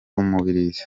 umubirizi